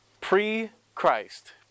pre-Christ